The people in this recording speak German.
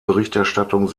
berichterstattung